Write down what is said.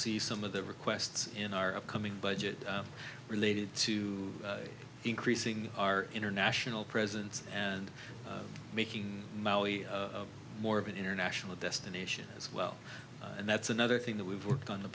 see some of the requests in our upcoming budget related to increasing our international presence and making more of an international destination as well and that's another thing that we've worked on the